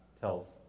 tells